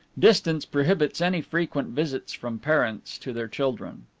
distance prohibits any frequent visits from parents to their children.